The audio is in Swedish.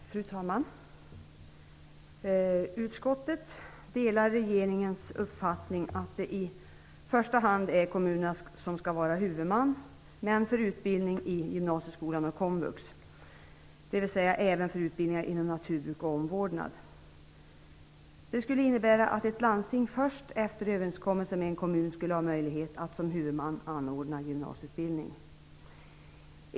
Fru talman! Utskottet delar regeringens uppfattning att det i första hand är kommunerna som skall vara huvudman för utbildning i gymnasieskolan och komvux - dvs. även för utbildningar inom naturbruk och omvårdnad. Det skulle innebära att ett landsting först efter överenskommelse med en kommun har möjlighet att som huvudman anordna gymnasieutbildning.